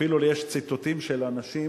אפילו יש לי ציטוטים של אנשים,